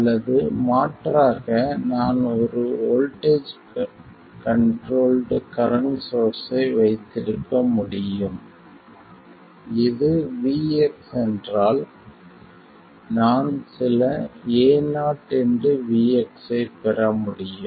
அல்லது மாற்றாக நான் ஒரு வோல்ட்டேஜ் கண்ட்ரோல்ட் கரண்ட் சோர்ஸ்ஸை வைத்திருக்க முடியும் இது Vx என்றால் நான் சில AoVx ஐப் பெற முடியும்